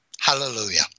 hallelujah